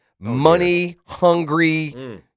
money-hungry